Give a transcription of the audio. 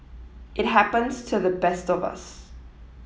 it happens to the best of us